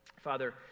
Father